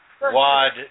wad